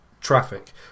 traffic